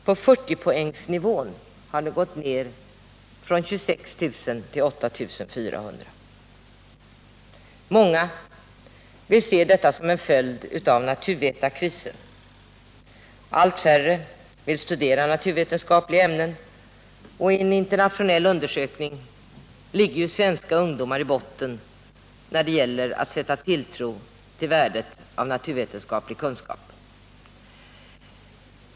På 40-poängsnivån har antalet gått ned från 26 000 till 8 400. Många vill se detta såsom en följd av naturvetarkrisen. Allt färre vill studera naturvetenskapliga ämnen, och enligt en internationell undersökning ligger svenska ungdomar i botten när det gäller att sätta tilltro till värdet av naturvetenskaplig kunskap.